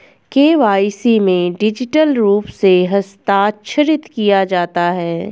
KYC में digital रूप से हस्ताक्षरित किया जाता है